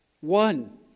one